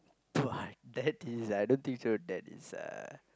but that is I don't think so that is a